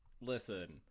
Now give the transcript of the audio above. listen